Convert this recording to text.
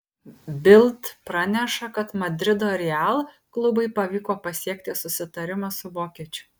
bild praneša kad madrido real klubui pavyko pasiekti susitarimą su vokiečiu